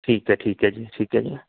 ਠੀਕ ਹੈ ਠੀਕ ਹੈ ਜੀ ਠੀਕ ਹੈ ਜੀ